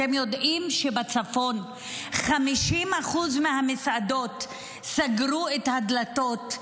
אתם יודעים שבצפון 50% מהמסעדות סגרו את הדלתות,